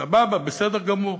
סבבה, בסדר גמור,